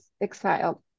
exiled